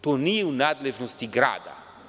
To nije u nadležnosti grada.